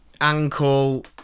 ankle